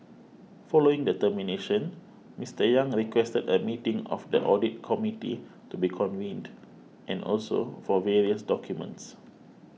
following the termination Mister Yang requested a meeting of the audit committee to be convened and also for various documents